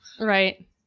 right